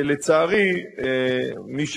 הדוח הזה.